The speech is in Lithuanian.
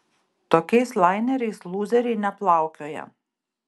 tokiais laineriais lūzeriai neplaukioja